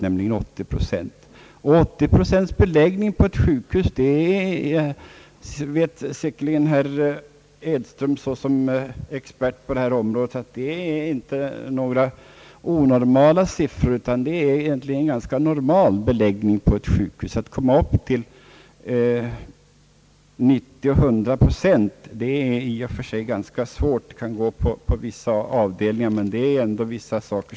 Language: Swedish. Beläggningen är nämligen bara 80 procent, och herr Edström såsom expert på detta område vet säkert att 80 procents beläggning på ett sjukhus inte är någon onormal siffra utan egentligen en ganska normal beläggning. Att komma upp till 90 och 100 procent är ganska svårt — det kan gå på vissa avdelningar.